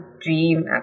dream